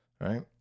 Right